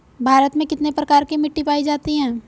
भारत में कितने प्रकार की मिट्टी पाई जाती हैं?